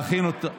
העבודה והרווחה.